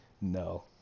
no